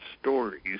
stories